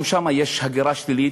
גם שם יש הגירה שלילית.